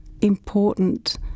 important